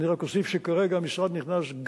אני רק אוסיף שכרגע המשרד נכנס,